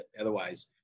Otherwise